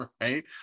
right